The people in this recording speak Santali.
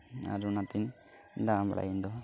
ᱟᱨ ᱚᱱᱟᱛᱤᱧ ᱫᱟᱬᱟ ᱵᱟᱲᱟᱭᱟ ᱤᱧᱫᱚ